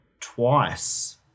twice